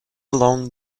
along